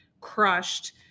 crushed